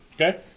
Okay